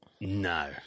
No